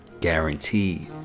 guaranteed